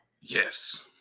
Yes